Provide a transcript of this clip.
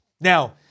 Now